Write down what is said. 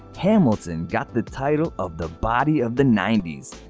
hamilton got the title of the body of the nineties,